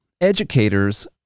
educators